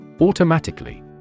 Automatically